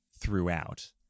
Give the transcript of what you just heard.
throughout